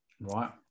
right